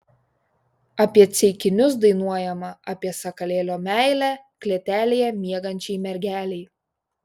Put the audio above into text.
apie ceikinius dainuojama apie sakalėlio meilę klėtelėje miegančiai mergelei